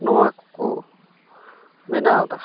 ᱱᱚᱣᱟ ᱠᱚ ᱵᱮᱱᱟᱣᱫᱟ